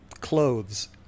clothes